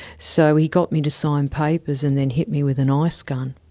so he got me to sign papers and then hit me with an ice gun,